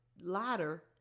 ladder